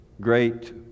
great